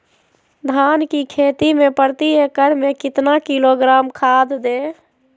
धान की खेती में प्रति एकड़ में कितना किलोग्राम खाद दे?